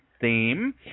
theme